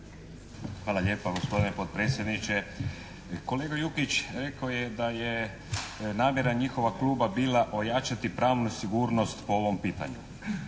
Hvala lijepa gospodine potpredsjedniče. Kolega Jukić rekao je da je namjera njihova kluba bila ojačati pravnu sigurnost po ovom pitanju.